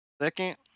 second